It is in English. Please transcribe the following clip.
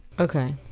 okay